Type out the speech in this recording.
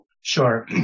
Sure